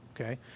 okay